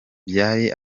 byari